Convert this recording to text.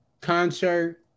concert